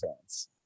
fans